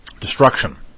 destruction